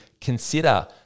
consider